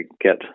get